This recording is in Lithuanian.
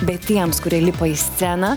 bet tiems kurie lipa į sceną